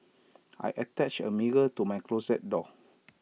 I attached A mirror to my closet door